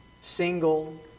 single